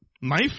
knife